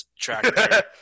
track